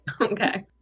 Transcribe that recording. Okay